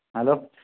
hello